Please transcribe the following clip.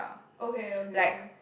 okay okay okay